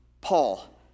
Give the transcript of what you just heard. Paul